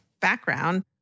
background